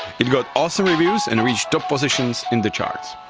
it got awesome reviews and reached top positions in the charts.